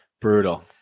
Brutal